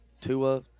Tua